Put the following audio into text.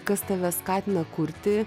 kas tave skatina kurti